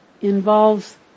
involves